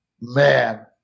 Man